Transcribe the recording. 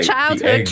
Childhood